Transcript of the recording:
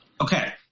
Okay